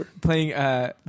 playing